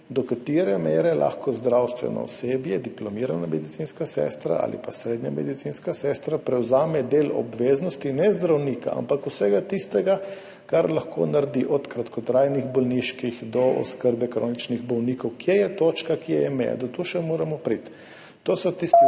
do katere mere lahko zdravstveno osebje, diplomirana medicinska sestra ali pa srednja medicinska sestra, prevzame del obveznosti, ne zdravnika, ampak vse tisto, kar lahko naredi, od kratkotrajnih bolniških do oskrbe kroničnih bolnikov. Kje je točka, kje je meja. Do tu še moramo priti. To so tisti ukrepi,